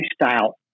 lifestyle